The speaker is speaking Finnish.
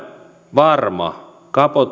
varma